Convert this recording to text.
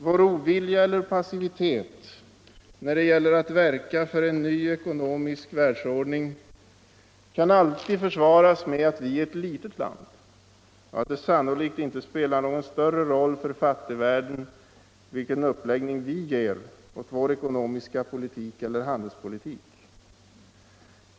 Vår ovilja eller passivitet när det gäller att verka för en ny ekonomisk världsordning kan alltid försvaras med att vi är ett litet land och att det sannolikt inte spelar någon större roll för fattigvärlden vilken uppläggning vi ger åt vår ekonomiska politik eller handelspolitik.